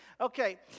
Okay